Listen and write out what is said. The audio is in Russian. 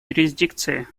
юрисдикции